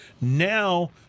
Now